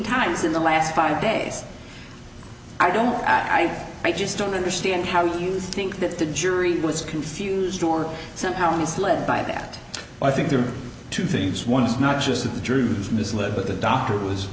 times in the last five days i don't i think i just don't understand how you think that the jury was confused or somehow misled by that i think there are two things one is not just that the truth was misled but the doctor was